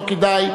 לא כדאי,